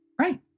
Right